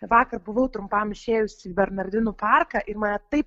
vakar buvau trumpam išėjus į bernardinų parką ir mane taip